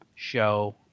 show